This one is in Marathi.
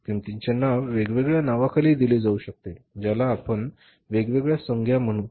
किंमतीचे नाव वेगवेगळ्या नावाखाली दिले जाऊ शकते ज्याला आपण वेलवेगळ्या संज्ञा म्हणू